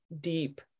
deep